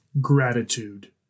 gratitude